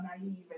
naive